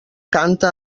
canta